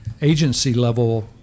agency-level